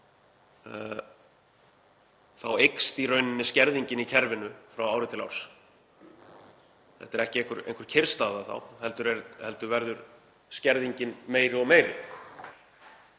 þá eykst í rauninni skerðingin í kerfinu frá ári til árs. Þetta er ekki einhver kyrrstaða heldur verður skerðingin meiri og meiri.